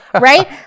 right